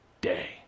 day